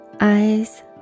eyes